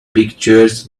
pictures